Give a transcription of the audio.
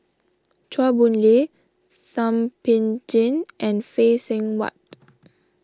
Chua Boon Lay Thum Ping Tjin and Phay Seng Whatt